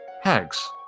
hags